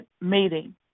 meeting